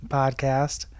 podcast